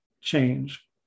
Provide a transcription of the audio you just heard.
change